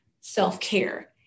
self-care